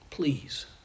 Please